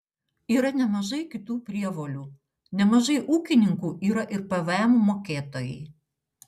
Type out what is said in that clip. yra nemažai kitų prievolių nemažai ūkininkų yra ir pvm mokėtojai